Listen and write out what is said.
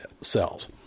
cells